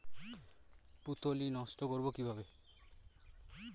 পুত্তলি নষ্ট করব কিভাবে?